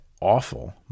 awful